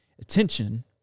attention